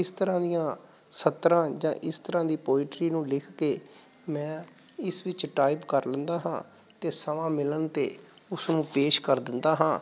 ਇਸ ਤਰ੍ਹਾਂ ਦੀਆਂ ਸਤਾਰ੍ਹਾਂ ਜਾਂ ਇਸ ਤਰਾਂ ਦੀ ਪੋਇਟਰੀ ਨੂੰ ਲਿਖ ਕੇ ਮੈਂ ਇਸ ਵਿੱਚ ਟਾਈਪ ਕਰ ਲੈਂਦਾ ਹਾਂ ਅਤੇ ਸਮਾਂ ਮਿਲਣ 'ਤੇ ਉਸਨੂੰ ਪੇਸ਼ ਕਰ ਦਿੰਦਾ ਹਾਂ